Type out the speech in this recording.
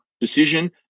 decision